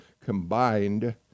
combined